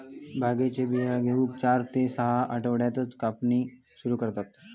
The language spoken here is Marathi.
भांगेचे बियो घेऊक चार ते सहा आठवड्यातच कापणी सुरू करतत